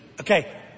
Okay